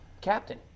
captain